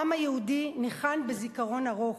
העם היהודי ניחן בזיכרון ארוך,